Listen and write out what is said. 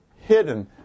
hidden